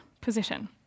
position